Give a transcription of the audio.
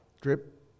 drip